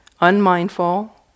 unmindful